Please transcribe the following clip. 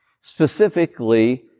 specifically